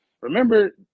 Remember